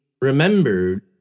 remembered